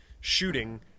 shooting